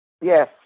Yes